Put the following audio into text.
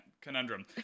conundrum